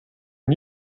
are